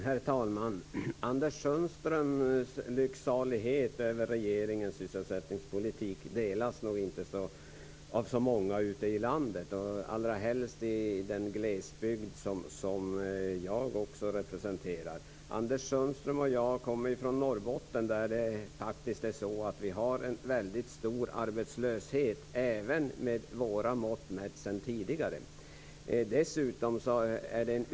Herr talman! Anders Sundströms lycksalighet över regeringens sysselsättningspolitik delas inte av så många ute i landet, allra helst i den glesbygd jag representerar. Anders Sundström och jag kommer från Norrbotten. Där finns en stor arbetslöshet - även med våra mått mätt.